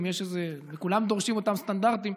ומכולם דורשים את אותם סטנדרטים.